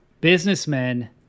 businessmen